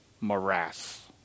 morass